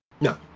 No